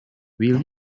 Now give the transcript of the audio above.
will